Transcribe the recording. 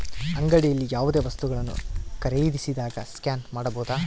ಅಂಗಡಿಯಲ್ಲಿ ಯಾವುದೇ ವಸ್ತುಗಳನ್ನು ಖರೇದಿಸಿದಾಗ ಸ್ಕ್ಯಾನ್ ಮಾಡಬಹುದಾ?